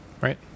Right